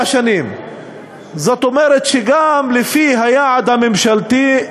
זאת אומרת שגם לפי היעד הממשלתי,